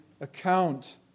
account